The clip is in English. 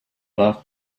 laughed